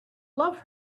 love